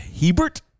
Hebert